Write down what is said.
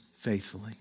faithfully